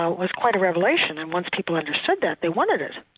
ah was quite a revelation, and once people understood that, they wanted it.